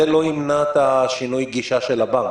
זה לא ימנע את שינוי הגישה של הבנק.